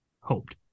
hoped